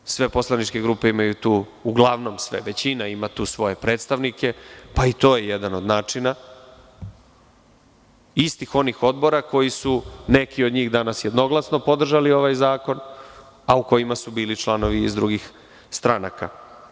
Uglavnom većina poslaničkih grupa ima tu svoje predstavnike, pa i to je jedan od načina, istih onih odbora koji su neki od njih danas jednoglasno podržali ovaj zakon, a u kojima su bili i članovi iz drugih stranaka.